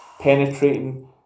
Penetrating